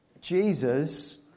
Jesus